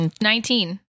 Nineteen